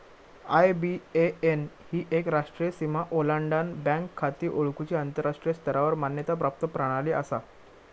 IBAN ही एक राष्ट्रीय सीमा ओलांडान बँक खाती ओळखुची आंतराष्ट्रीय स्तरावर मान्यता प्राप्त प्रणाली असा